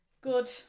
good